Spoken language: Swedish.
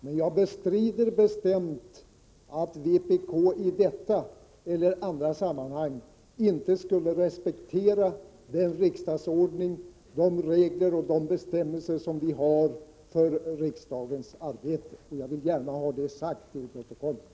Men jag bestrider bestämt påståendet att vpk i detta eller andra sammanhang inte skulle ha respekterat riksdagsordningen samt de regler och bestämmelser som finns för riksdagens arbete. Jag vill ha detta noterat till protokollet.